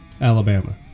Alabama